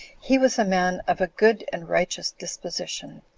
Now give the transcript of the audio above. he was a man of a good and righteous disposition,